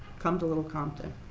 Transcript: come to little compton,